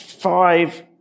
Five